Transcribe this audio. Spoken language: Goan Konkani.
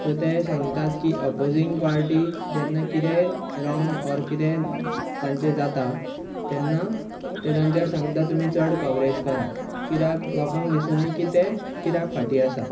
सो ते सांगतात की ऑपोजींग पार्टी जेन्ना किरेंय रोंग ऑर कितेंय तांचें जाता तेन्ना ते तांचे सांगता तुमी चड कवरॅज करा कित्याक लोकांक दिसुनी की तें कित्याक फाटीं आसा